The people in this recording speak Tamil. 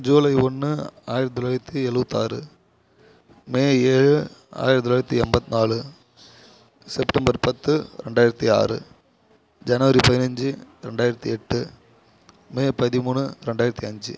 ஜூலை ஒன்று ஆயிரத்தி தொள்ளாயிரத்தி எழுபத்தி ஆறு மே ஏழு ஆயிரத்தி தொள்ளாயிரத்தி எண்பத்தி நாலு செப்டம்பர் பத்து ரெண்டாயிரத்தி ஆறு ஜனவரி பதினஞ்சு ரெண்டாயிரத்தி எட்டு மே பதிமூணு ரெண்டாயிரத்தி அஞ்சு